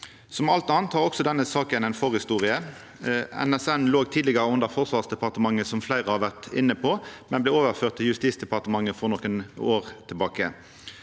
med alt anna har også denne saka ei forhistorie. NSM låg tidlegare under Forsvarsdepartementet, som fleire har vore inne på, men vart overført til Justisdepartementet for nokre år tilbake.